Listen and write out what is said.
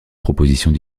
propositions